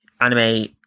anime